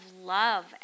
love